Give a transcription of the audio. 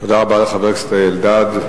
תודה רבה לחבר הכנסת אלדד.